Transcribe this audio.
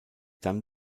dann